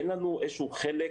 אין לנו איזשהו חלק,